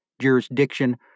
jurisdiction